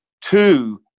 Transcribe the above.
two